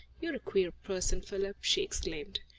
you're a queer person, philip, she exclaimed.